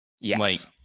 Yes